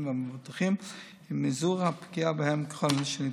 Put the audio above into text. והמבוטחים ולמזעור הפגיעה בהם ככל הניתן.